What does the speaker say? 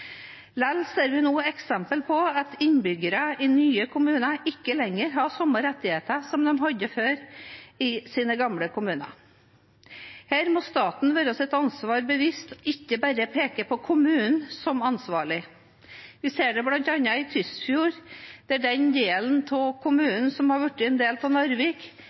Likevel ser vi nå eksempler på at innbyggere i nye kommuner ikke lenger har samme rettigheter som de hadde før i sine gamle kommuner. Her må staten være sitt ansvar bevisst og ikke bare peke på kommunen som ansvarlig. Vi ser det bl.a. i Tysfjord, der den delen av kommunen som er blitt en del av Narvik,